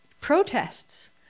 protests